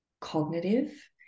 cognitive